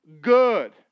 good